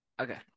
Okay